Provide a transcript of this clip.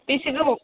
बेसे गोबाव